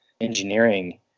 engineering